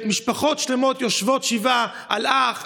משפחות שלמות יושבות שבעה על אח,